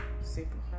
Simple